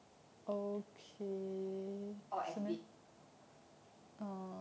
or as big